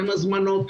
אין הזמנות,